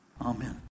Amen